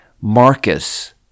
Marcus